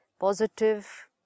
Positive